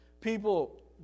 people